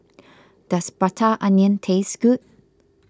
does Prata Onion taste good